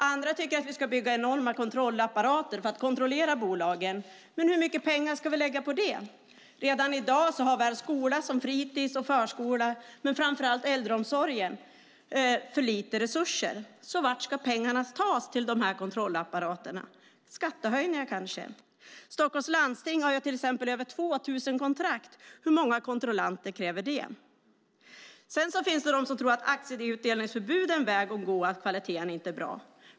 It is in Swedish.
Andra tycker att vi ska bygga enorma kontrollapparater för att kontrollera bolagen, men hur mycket pengar ska vi lägga på det? Redan i dag har såväl skola som fritis och förskola, men framför allt äldreomsorgen, för lite resurser. Varifrån ska pengarna tas till dessa kontrollapparater - skattehöjningar kanske? Stockholms landsting har till exempel över 2 000 kontrakt. Hur många kontrollanter kräver det? Sedan finns det de som tror att aktieutdelningsförbud är en väg att gå när kvaliteten inte är bra.